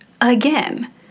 again